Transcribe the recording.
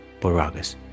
Boragas